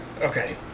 Okay